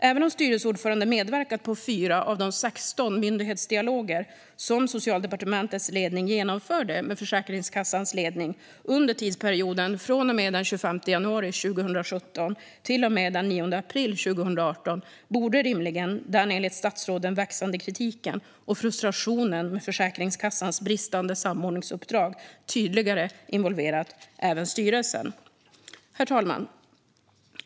Även om styrelseordföranden medverkat i 4 av de 16 myndighetsdialoger som Socialdepartementets ledning genomförde med Försäkringskassans ledning under tidsperioden från och med den 25 januari 2017 till och med den 9 april 2018 borde rimligen den enligt statsrådet växande kritiken och frustrationen mot Försäkringskassans bristande samordningsuppdrag tydligare ha involverat även styrelsen. Herr talman!